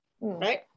right